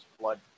blood